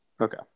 Okay